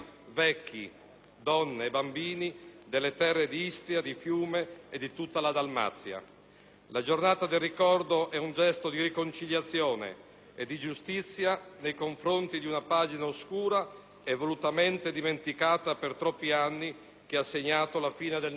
donne e bambini delle terre di Istria, di Fiume e di tutta la Dalmazia. Il Giorno del ricordo è un gesto di riconciliazione e di giustizia nei confronti di una pagina oscura e volutamente dimenticata per troppi anni che ha segnato la fine del Novecento.